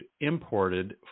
imported